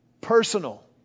personal